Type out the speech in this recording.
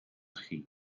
chi